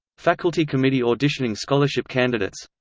faculty committee auditioning scholarship candidates